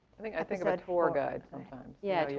i think i think of a tour guide sometimes. yeah yeah.